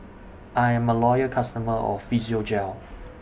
I'm A Loyal customer of Physiogel